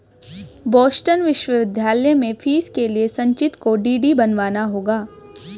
Boston विश्वविद्यालय में fees के लिए संचित को डी.डी बनवाना होगा